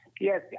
Yes